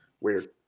Weird